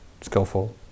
skillful